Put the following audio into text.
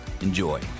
Enjoy